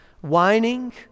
whining